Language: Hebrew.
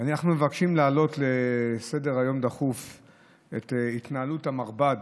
מבקשים להעלות הצעה דחופה לסדר-היום על התנהלות המרב"ד.